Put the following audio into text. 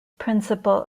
principal